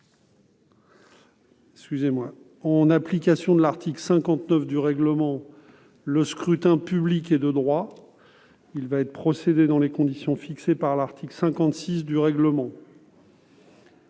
loi, modifié. En application de l'article 59 du règlement, le scrutin public ordinaire est de droit. Il va y être procédé dans les conditions fixées par l'article 56 du règlement.